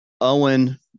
Owen